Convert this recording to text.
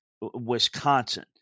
Wisconsin